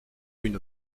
une